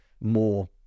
more